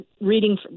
reading